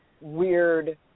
weird